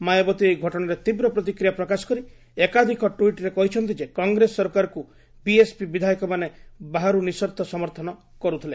ମାୟାବତୀ ଏହି ଘଟଣାରେ ତୀବ୍ର ପ୍ରତିକ୍ରିୟା ପ୍ରକାଶ କରି ଏକାଧିକ ଟ୍ପିଟ୍ରେ କହିଛନ୍ତି ଯେ କଂଗ୍ରେସ ସରକାରକୁ ବିଏସ୍ପି ବିଧାୟକମାନେ ବାହାରୁ ନିସର୍ଭ ସମର୍ଥନ କରୁଥିଲେ